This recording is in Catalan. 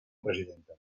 presidenta